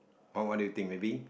what what do you think maybe